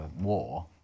war